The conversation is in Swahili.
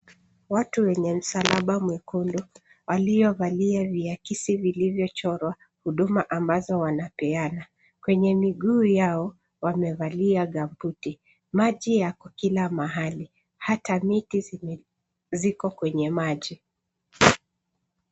Watu wenye msalaba mwekundu waliovalia viakaisi vilivyochorwa huduma ambazo wanapeana. Kwenye miguu yao wamevalia gumboot .Maji yako kila mahali, hata miti ziko kwenye maji.